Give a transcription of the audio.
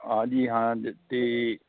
ਹਾਂ ਜੀ ਹਾਂ ਜ ਅਤੇ